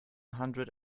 hundred